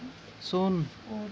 ᱥᱩᱱ